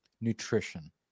nutrition